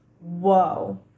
Whoa